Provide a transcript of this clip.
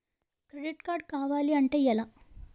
Credit card కావాలి అంటే ఎలా?